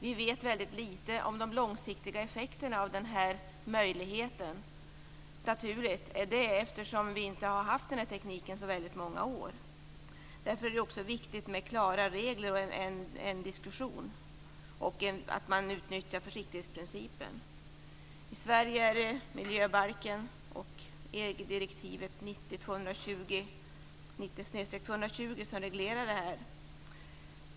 Vi vet dock väldigt lite om de långsiktiga effekterna av den här möjligheten och det är naturligt eftersom vi inte haft den här tekniken så många år. Därför är det också viktigt med klara regler och en diskussion och att man utnyttjar försiktighetsprincipen. I Sverige har vi miljöbalken och EG-direktivet 90/220 som reglerar det här.